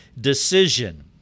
decision